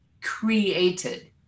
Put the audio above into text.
created